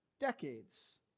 decades